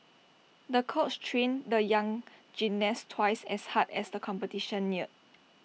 the coach trained the young gymnast twice as hard as the competition neared